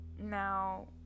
Now